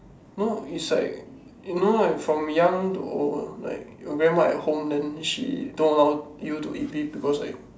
no it's like you know like from young to old like your grandma at home then she don't allow you to eat beef because like